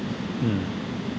mm